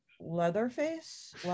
Leatherface